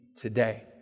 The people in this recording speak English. today